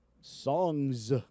Songs